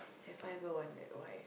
have I ever wondered why